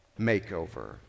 makeover